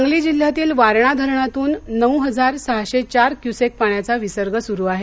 सांगली जिल्ह्यातील वारणा धरणातून नऊ हजार सहाशे चार क्युसेक्स पाण्याचा विसर्ग सुरू आहे